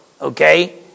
Okay